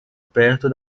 perto